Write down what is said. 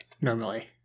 normally